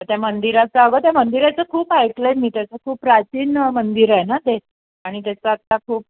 त्या मंदिराचं अगं त्या मंदिराचं खूप ऐकलं आहे मी त्याचं खूप प्राचीन मंदिर आहे ना ते आणि त्याचं आत्ता खूप